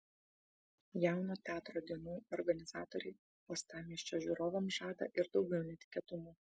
jauno teatro dienų organizatoriai uostamiesčio žiūrovams žada ir daugiau netikėtumų